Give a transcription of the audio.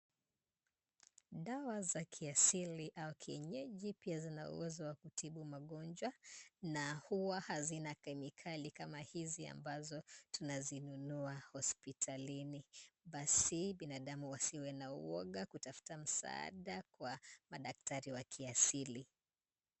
Dawa za kiasili au kienyeji pia zinauzwa kutibu magonjwa, na huwa hazina kemikali kama hizi ambazo tunazinunua hospitalini. Basi wanadamu wasiwe na uoga kutafuta msaada wa madaktari wa kiasili.